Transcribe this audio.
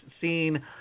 seen